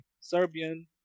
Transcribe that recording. Serbian